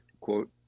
quote